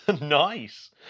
Nice